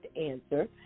answer